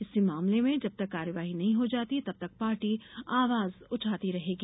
इस मामले में जब तक कार्यवाही नहीं हो जाती तब तक पार्टी आवाज उठाती रहेगी